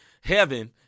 heaven